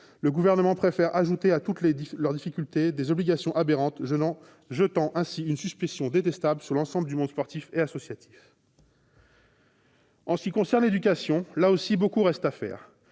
le Gouvernement préfère ajouter à toutes ces difficultés des obligations aberrantes, jetant ainsi une suspicion détestable sur l'ensemble du monde sportif et associatif. En ce qui concerne l'éducation, là aussi, beaucoup reste à faire.